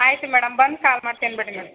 ಆಯಿತು ಮೇಡಮ್ ಬಂದು ಕಾಲ್ ಮಾಡ್ತೀನಿ ಬಿಡಿ ಮೇಡಮ್